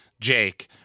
Jake